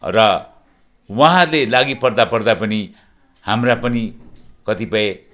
र उहाँहरूले लागि पर्दा पर्दा पनि हाम्रा पनि कतिपय